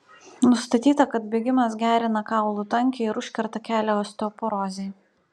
nustatyta kad bėgimas gerina kaulų tankį ir užkerta kelią osteoporozei